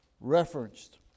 referenced